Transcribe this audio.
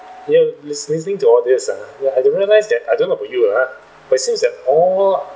when you list~ listening to all these ah ya I do realise that I don't know about you lah by it seems that all